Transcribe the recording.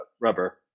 rubber